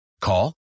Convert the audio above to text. Call